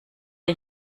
der